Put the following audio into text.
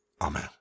Amen